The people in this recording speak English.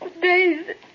days